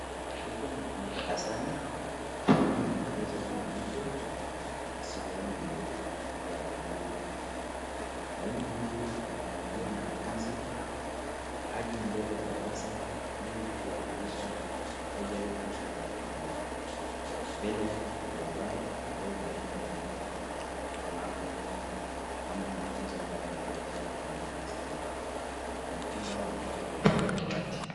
Huku ni darasani. Mwalimu amevalia shati nyeupe na siruali ya blue . Mwalimu huyu amemwambia mwanafunzi aje mbele ya darasa ili kuwakilisha hoja yake kuhusu jambo fulani. Mbele yake kuna ubao ambao mwalimu ameandika mambo ama mafunzo ambayo amewapatia wanafunzi hao. Wanafunzi hao wameketi katika dawati.